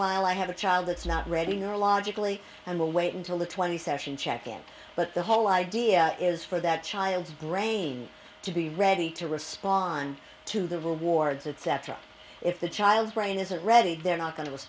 while i have a child that's not reading or logically and will wait until the twenty session check in but the whole idea is for that child's brain to be ready to respond to the rewards it sets up if the child's brain isn't ready they're not going